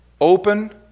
open